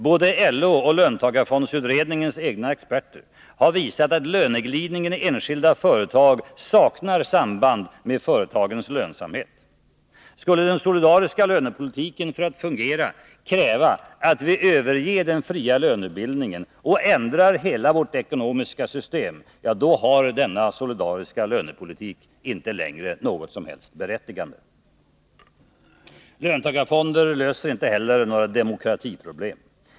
Både LO och löntagarfondsutredningens egna experter har visat att löneglidningen i enskilda företag saknar samband med företagens lönsamhet. Skulle den solidariska lönepolitiken för att fungera kräva att vi överger den fria lönebildningen och ändrar hela vårt ekonomiska system, har den solidariska lönepolitiken inte längre något som helst berättigande. Löntagarfonder löser inte heller några demokratiproblem.